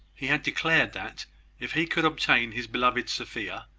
he had declared that if he could obtain his beloved sophia,